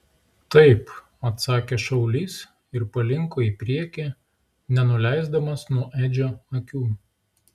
taip atsakė šaulys ir palinko į priekį nenuleisdamas nuo edžio akių